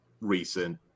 recent